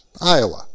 Iowa